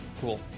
cool